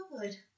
good